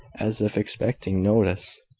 as if expecting notice.